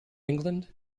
england